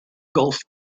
golf